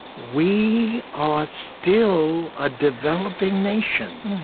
we are still a developing nation.